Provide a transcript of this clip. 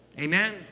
Amen